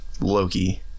Loki